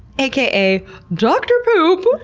aka dr. poop!